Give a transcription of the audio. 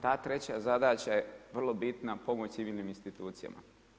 Ta treća zadaća je vrlo bitna, pomoći civilnim institucijama.